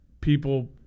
people